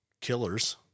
killers